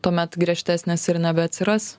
tuomet griežtesnės ir nebeatsiras